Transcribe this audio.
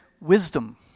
Wisdom